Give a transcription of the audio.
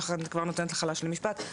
שחר אני כבר נותנת לך להשלים משפט,